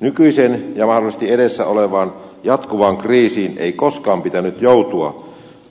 nykyiseen ja mahdollisesti edessä olevaan jatkuvaan kriisiin ei koskaan pitänyt joutua